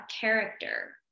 character